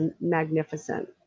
magnificent